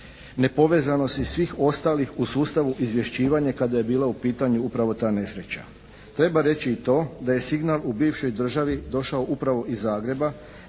nepovezanosti svih ostalih u sustavu izvješćivanja kada je bila u pitanju upravo ta nesreća. Treba reći i to da je signal u bivšoj državi došao upravo iz Zagreba,